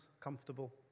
comfortable